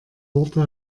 worte